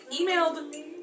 emailed